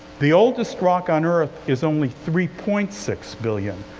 the oldest rock on earth is only three point six billion.